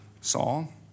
Saul